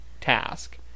task